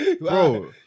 bro